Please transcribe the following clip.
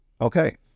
Okay